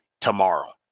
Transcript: tomorrow